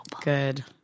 Good